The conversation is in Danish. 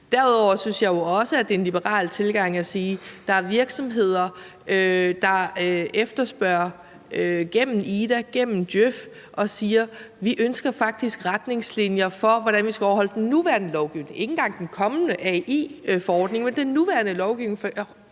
Derudover synes jeg jo også, det er en liberal tilgang at sige, at der er virksomheder, der gennem IDA og gennem Djøf efterspørger retningslinjer for, hvordan de skal overholde den nuværende lovgivning – ikke engang den kommende AI-forordning, men den nuværende lovgivning, først og